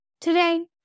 Today